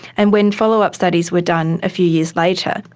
and when follow-up studies were done a few years later,